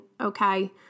okay